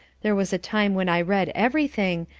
there was a time when i read everything,